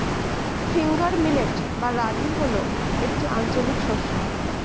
finger millet বা রাগী হল একটি আঞ্চলিক শস্য